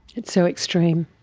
it's so extreme.